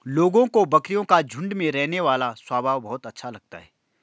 लोगों को बकरियों का झुंड में रहने वाला स्वभाव बहुत अच्छा लगता है